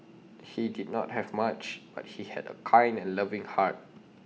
he did not have much but he had A kind and loving heart